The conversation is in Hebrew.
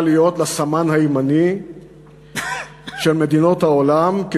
להיות לסמן הימני של מדינות העולם,